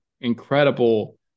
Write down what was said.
incredible